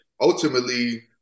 Ultimately